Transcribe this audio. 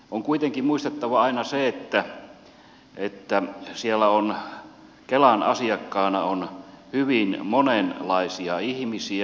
on kuitenkin muistettava aina se että kelan asiakkaana on hyvin monenlaisia ihmisiä